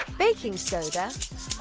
baking soda,